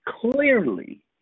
clearly